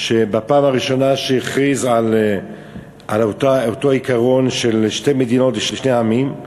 הפעם הראשונה שהוא הכריז על אותו עיקרון של שתי מדינות לשני עמים.